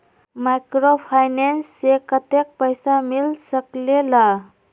Microfinance से कतेक पैसा मिल सकले ला?